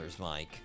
Mike